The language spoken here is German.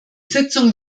sitzung